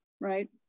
right